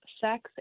sex